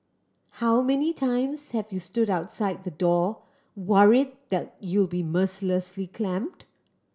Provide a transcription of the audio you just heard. how many times have you stood outside the door worried that you'll be mercilessly clamped